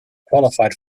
qualified